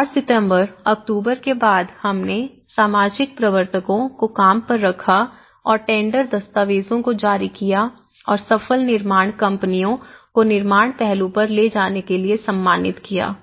और सितंबर अक्टूबर के बाद से हमने सामाजिक प्रवर्तकों को काम पर रखा और टेंडर दस्तावेजों को जारी किया और सफल निर्माण कंपनियों को निर्माण पहलू पर ले जाने के लिए सम्मानित किया